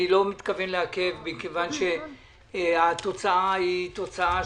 אני לא מתכוון לעכב מכיוון שהתוצאה היא תוצאה,